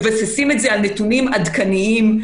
מבססים את זה על נתונים עדכניים,